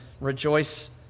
rejoice